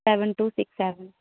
seven two six seven